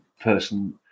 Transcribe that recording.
person